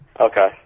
Okay